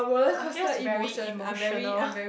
I'm just very emotional